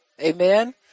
Amen